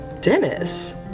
Dennis